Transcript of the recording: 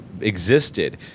Existed